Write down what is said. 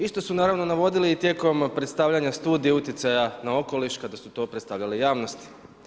Isto su naravno navodili i tijekom predstavljanja Studije utjecaja na okoliš kada su to predstavljali javnosti.